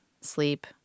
sleep